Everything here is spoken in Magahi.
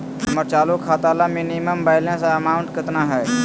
हमर चालू खाता ला मिनिमम बैलेंस अमाउंट केतना हइ?